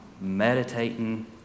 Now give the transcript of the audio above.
meditating